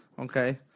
okay